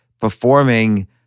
performing